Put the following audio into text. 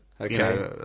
Okay